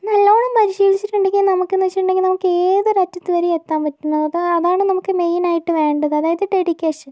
നല്ലവണ്ണം പരിശീലിച്ചിട്ടുണ്ടെങ്കിൽ നമക്കെന്ന് വച്ചിട്ടുണ്ടെങ്കിൽ നമുക്ക് ഏതൊരു അറ്റത്തു വരെ എത്താൻ പറ്റുന്നു അപ്പോൾ അതാണ് നമുക്ക് മെയിനായിട്ട് വേണ്ടത് അതായത് ഡെഡിക്കേഷൻ